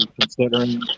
considering